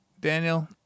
Daniel